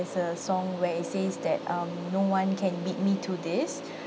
is a song where it says that um no one can beat me to this